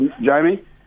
Jamie